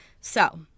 So-